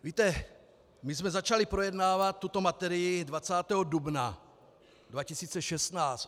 Víte, my jsme začali projednávat tuto materii 20. dubna 2016.